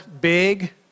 big